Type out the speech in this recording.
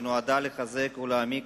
שנועדה לחזק ולהעמיק